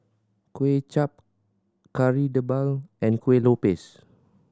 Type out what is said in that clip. Kuay Chap Kari Debal and Kuih Lopes